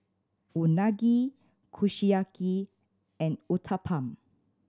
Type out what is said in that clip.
Unagi Kushiyaki and Uthapam